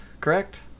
correct